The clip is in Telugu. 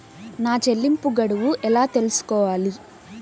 నా చెల్లింపు గడువు ఎలా తెలుసుకోవాలి?